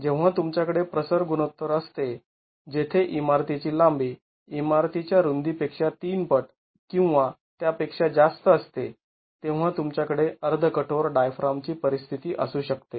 जेव्हा तुमच्याकडे प्रसर गुणोत्तर असते जेथे इमारतीची लांबी इमारतीच्या रुंदी पेक्षा ३ पट किंवा त्यापेक्षा जास्त असते तेव्हा तुमच्याकडे अर्ध कठोर डायफ्रामची परिस्थिती असू शकते